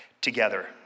together